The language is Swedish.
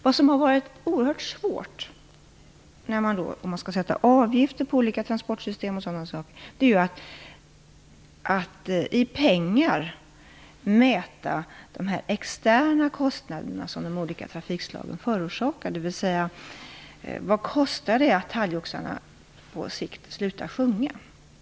Vad som har varit oerhört svårt när man skall sätta avgifter på olika transportsystem och sådana saker är att i pengar mäta de externa kostnader som de olika trafikslagen förorsakar, dvs. vad det kostar att talgoxarna på sikt slutar sjunga.